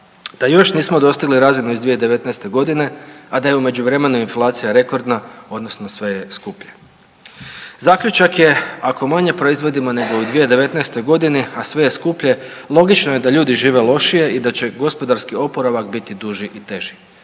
Da još nismo dostigli razinu iz 2019. godine, a da je u međuvremenu inflacija rekordna odnosno sve je skuplje. Zaključak je ako manje proizvodimo nego u 2019. godini, a sve je skuplje logično je da ljudi žive lošije i da će gospodarski oporavak biti duži i teži,